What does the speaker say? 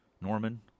Norman